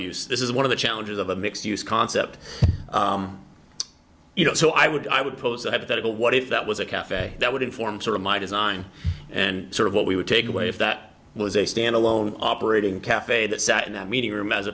use this is one of the challenges of a mixed use concept you know so i would i would pose a hypothetical what if that was a cafe that would inform sort of my design and sort of what we would take away if that was a stand alone operating cafe that sat in that meeting room as